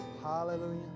Hallelujah